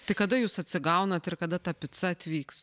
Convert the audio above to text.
tai kada jūs atsigaunat ir kada ta pica atvyks